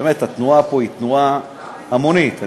התנועה פה היא תנועה המונית.